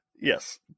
yes